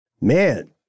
Man